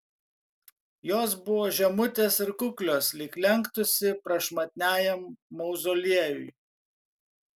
jos buvo žemutės ir kuklios lyg lenktųsi prašmatniajam mauzoliejui